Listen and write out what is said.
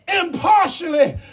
impartially